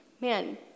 man